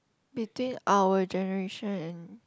between our generation and